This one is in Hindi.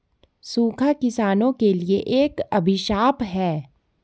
सूखा किसानों के लिए एक अभिशाप है